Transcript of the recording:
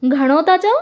घणो था चओ